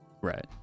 Right